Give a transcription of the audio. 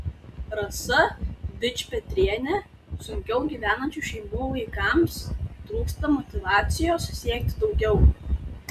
rasa dičpetrienė sunkiau gyvenančių šeimų vaikams trūksta motyvacijos siekti daugiau